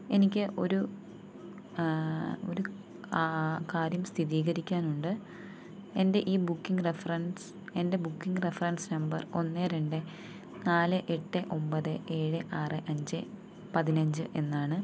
എനിക്ക് ഒരു ഒരു കാര്യം സ്ഥിതീകരിക്കാനുണ്ട് എൻ്റെ ഈ ബുക്കിംഗ് റഫറൻസ് എൻ്റെ ബുക്കിംഗ് റഫറൻസ് നമ്പർ ഒന്ന് രണ്ട് നാല് എട്ട് ഒന്പത് ഏഴ് ആറ് അഞ്ച് പതിനഞ്ച് എന്നാണ്